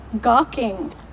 gawking